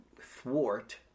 thwart